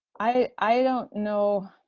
i don't know.